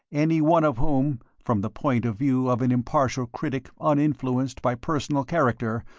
any one of whom, from the point of view of an impartial critic uninfluenced by personal character,